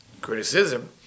criticism